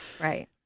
Right